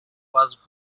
was